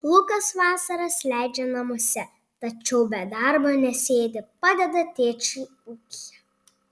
lukas vasaras leidžia namuose tačiau be darbo nesėdi padeda tėčiui ūkyje